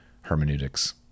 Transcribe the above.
hermeneutics